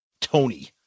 Tony